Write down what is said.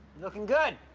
looking good.